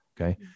Okay